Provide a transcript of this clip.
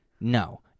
No